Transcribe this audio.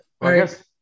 Right